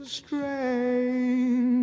strange